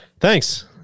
Thanks